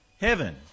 heaven